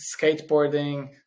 skateboarding